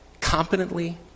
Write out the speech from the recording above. competently